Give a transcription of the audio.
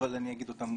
אבל אני אגיד אותם